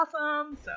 awesome